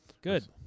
Good